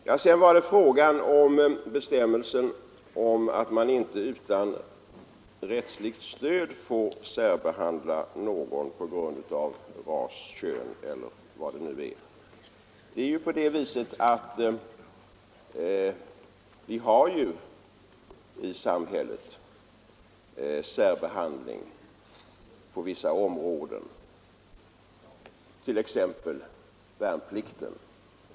Vad sedan avser bestämmelsen om att man inte utan rättsligt stöd får särbehandla någon på grund av ras, kön osv. är det på det viset att vi i samhället har särbehandling på vissa områden, t.ex. beträffande värnplikten.